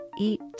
Eat